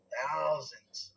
thousands